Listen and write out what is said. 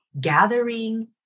Gathering